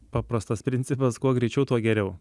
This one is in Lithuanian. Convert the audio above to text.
paprastas principas kuo greičiau tuo geriau